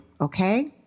okay